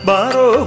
Baro